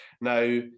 Now